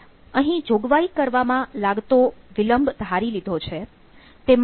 અહીં જોગવાઈ કરવામાં લાગતો વિલંબ ધારી લીધો છે